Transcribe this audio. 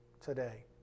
today